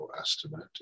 estimate